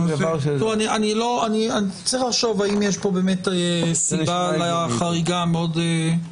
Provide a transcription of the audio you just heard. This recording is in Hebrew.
צריך לחשוב האם יש פה סיבה לחריגה הזאת.